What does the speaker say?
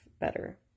better